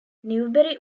newbery